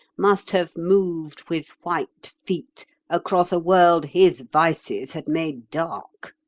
must have moved with white feet across a world his vices had made dark.